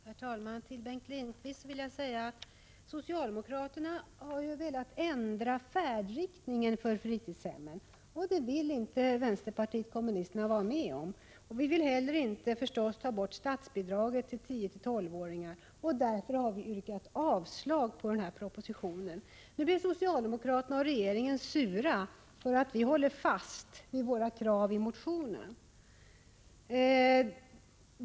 Herr talman! Till Bengt Lindqvist vill jag säga att socialdemokraterna ju har velat ändra färdriktning för fritidshemmen. Det vill inte vpk vara med om. Vi vill inte heller ta bort statsbidragen till fritidshemmen för 10-12 åringar. Därför har vi yrkat avslag på propositionen. Nu är socialdemokraterna och regeringen sura för att vi håller fast vid de krav som vi ställde i vår motion.